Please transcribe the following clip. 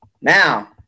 Now